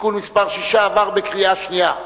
(תיקון מס' 6) עברה בקריאה שנייה.